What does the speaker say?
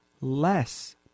less